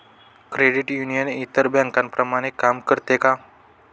Credit union इतर बँकांप्रमाणे काम करते का?